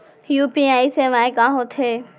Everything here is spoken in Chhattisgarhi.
यू.पी.आई सेवाएं का होथे